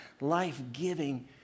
life-giving